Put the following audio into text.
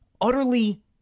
utterly